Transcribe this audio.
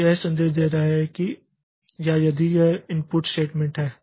तो यह संदेश दे रहा है या यदि यह एक इनपुट स्टेटमेंट है